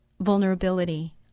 vulnerability